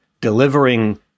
delivering